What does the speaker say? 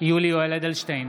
יולי יואל אדלשטיין,